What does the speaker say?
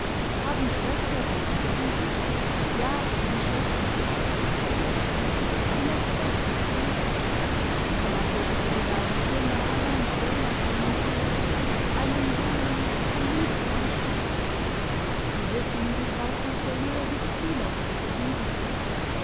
hab'n schwester da wissen sie ja n schwester sie lässt bestens grüssen sie hat jetzt ihre beiden zimmer an einen zöllner vermietet einen jungen soliden menschen sie wissen die frau kontrolleur gibt viel auf das solide